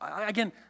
again